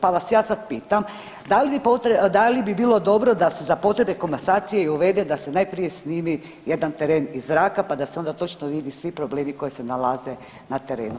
Pa vas ja sad pitam da li bi bilo dobro da se za potrebe komasacije i uvede da se najprije snimi jedan teren iz zraka pa da se onda točno vidi svi problemi koji se nalaze na terenu?